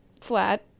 flat